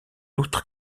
outre